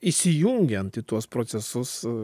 įsijungiant į tuos procesus